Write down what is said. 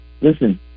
listen